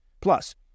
Plus